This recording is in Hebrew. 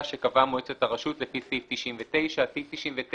שקבעה מועצת הרשות לפי סעיף 99. סעיף 99,